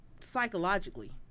psychologically